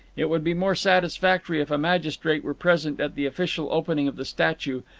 it would be more satisfactory if a magistrate were present at the official opening of the statue,